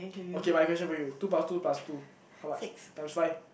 okay my question for you two plus two plus two how much times five